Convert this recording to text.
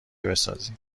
بسازیم